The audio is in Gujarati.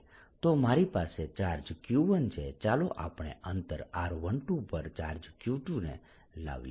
તો મારી પાસે ચાર્જ Q1 છે ચાલો આપણે અંતર r12 પર ચાર્જ Q2 ને લાવીએ